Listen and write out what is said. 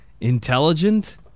intelligent